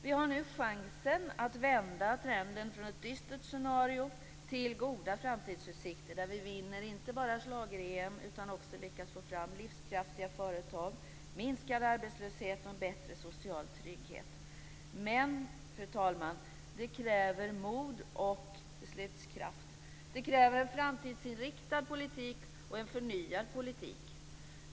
Vi har nu chansen att vända trenden från ett dystert scenario till goda framtidsutsikter där vi inte bara vinner schlager-EM utan också lyckas få fram livskraftiga företag, minskad arbetslöshet och en bättre social trygghet. Men, fru talman, det kräver mod och beslutskraft. Det kräver en framtidsinriktad politik och en förnyad politik.